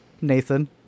nathan